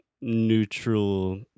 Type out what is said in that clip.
neutral